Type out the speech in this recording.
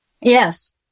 Yes